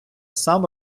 сам